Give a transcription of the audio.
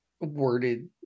worded